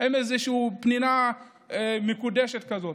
הם איזושהי פנינה מקודשת כזאת.